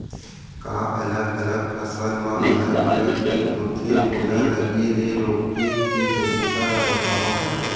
का अलग अलग फसल मा अलग अलग किट होथे, ओला लगे ले रोके के तरीका ला बतावव?